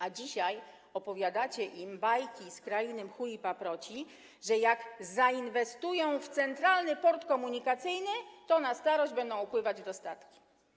A dzisiaj opowiadacie im bajki z krainy mchu i paproci, że jak zainwestują w Centralny Port Komunikacyjny, to na starość będą opływać w dostatki.